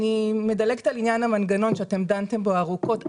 אני מדלגת על העניין המנגנון שדנתם בו ארוכות.